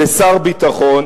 על שר ביטחון,